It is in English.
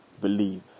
believe